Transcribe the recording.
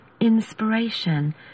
inspiration